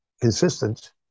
consistent